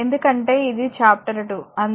22 ఎందుకంటే ఇది చాప్టర్ 2 అందుకే 2